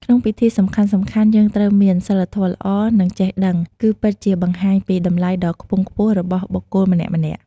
ក្នុងពិធីសំខាន់ៗយើងត្រូវមាន សីលធម៌ល្អ និង ចេះដឹង គឺពិតជាបង្ហាញពីតម្លៃដ៏ខ្ពង់ខ្ពស់របស់បុគ្គលម្នាក់ៗ។